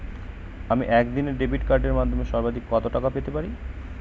আমি একদিনে ডেবিট কার্ডের মাধ্যমে সর্বাধিক কত টাকা পেতে পারি?